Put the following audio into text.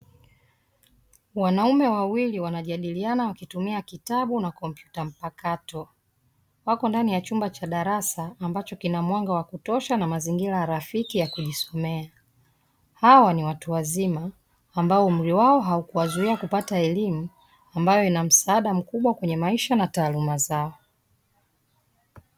Wanaume wawili wanajadiliana wakitumia kitabu na compyuta mpakato, wako ndani ya chumba cha darasa ambacho kina mwanga wa kutosha na mazingira ya rafiki ya kuisomea, hawa ni watu wazima ambao umri wao haukuwazuia kupata elimu ambayo ina msaada mkubwa kwenye maisha na taaluma zao.